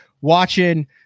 watching